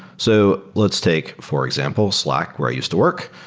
so let's take for example slack where i used to work.